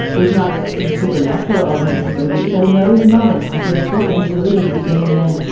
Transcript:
there's not any supernatural element to the movie. but in those moments, which are the book ends of the movie, the beginning and end,